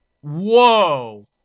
Whoa